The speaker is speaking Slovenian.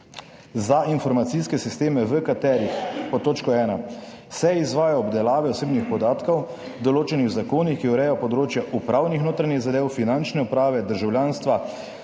»Za informacijske sisteme, v katerih:«, pod točko ena, »se izvajajo obdelave osebnih podatkov, določenih v zakonih, ki urejajo področja upravnih notranjih zadev, finančne uprave, državljanstva,